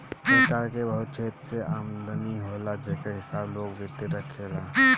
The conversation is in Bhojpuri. सरकार के बहुत क्षेत्र से आमदनी होला जेकर हिसाब लोक वित्त राखेला